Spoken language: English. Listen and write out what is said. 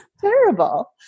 terrible